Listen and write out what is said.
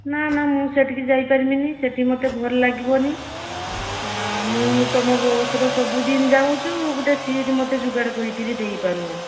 ନା ନା ମୁଁ ସେଠିକି ଯାଇପାରିବିନି ସେଠି ମୋତେ ଭଲ ଲାଗିବନି ମୁଁ ତୁମ ବସରେ ସବୁଦିନ ଯାଉଛୁ ଗୋଟେ ସିଟ୍ ମୋତେ ଯୋଗାଡ଼ କରିକି ଦେଇପାରୁନ